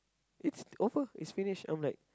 it's over it's finished I'm like